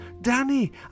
Danny